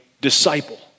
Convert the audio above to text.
disciple